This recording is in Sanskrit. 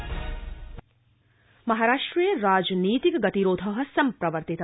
महाराष्ट्रम् महाराष्ट्रे राजनीतिक गतिरोध सम्प्रवर्तित